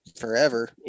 forever